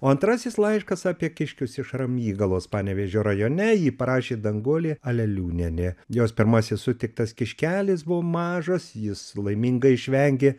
o antrasis laiškas apie kiškius iš ramygalos panevėžio rajone jį parašė danguolė aleliūnienė jos pirmasis sutiktas kiškelis buvo mažas jis laimingai išvengė